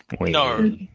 No